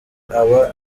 aba